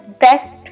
best